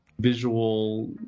visual